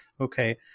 Okay